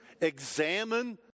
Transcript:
examine